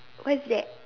what's that